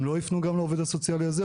הם לא יפנו גם לעובד סוציאלי הזה,